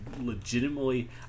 legitimately